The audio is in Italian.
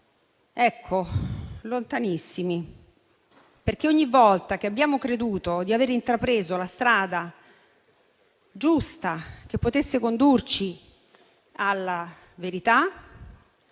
Ecco, lontanissimi, perché ogni volta che abbiamo creduto di aver intrapreso la strada giusta che potesse condurci alla verità,